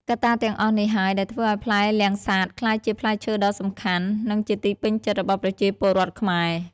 កត្តាទាំងអស់នេះហើយដែលធ្វើឲ្យផ្លែលាំងសាតក្លាយជាផ្លែឈើដ៏សំខាន់ និងជាទីពេញចិត្តរបស់ប្រជាពលរដ្ឋខ្មែរ។